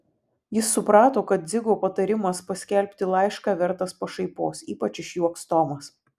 jis suprato kad dzigo patarimas paskelbti laišką vertas pašaipos ypač išjuoks tomas